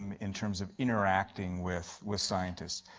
in terms of interacting with with scientists.